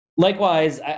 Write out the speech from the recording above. Likewise